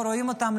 לא רואים אותם,